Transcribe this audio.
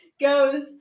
goes